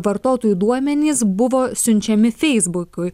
vartotojų duomenys buvo siunčiami feisbukui